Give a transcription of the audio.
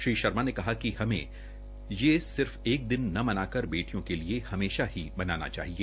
श्री शर्मा ने कहा कि हमे ये एक दिन न मना कर बेटियो के लिए हमेशा ही मनाना चाहिए